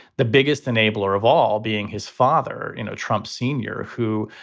the biggest enabler of all being his father. you know, trump senior, who,